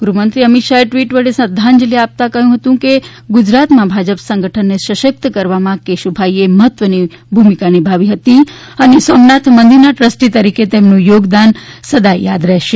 ગૃહ મંત્રી અમિત શાહે ટ્વિટ વડે શ્રદ્ધાંજલી આપતા કહ્યું છે કે ગુજરાતમાં ભાજપ સંગઠનને સશક્ત કરવામાં કેશુભાઈ એ મહત્વની ભૂમિકા નિભાવી હતી અને સોમનાથ મંદિરના ટ્રસ્ટી તરીકે તેમનું યોગદાન સદાય યાદ રહેશે